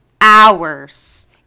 hours